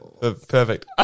Perfect